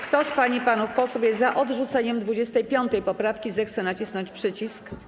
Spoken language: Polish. Kto z pań i panów posłów jest za odrzuceniem 25. poprawki, zechce nacisnąć przycisk.